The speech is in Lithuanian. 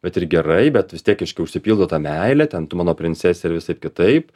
bet ir gerai bet vis tiek reiškia užsipildo ta meile ten tu mano princesė ir visaip kitaip